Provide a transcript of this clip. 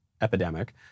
epidemic